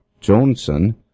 Johnson